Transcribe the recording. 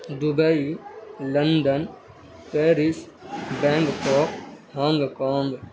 Dubai London Paris Bangkok Hong Kong